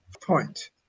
point